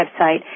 website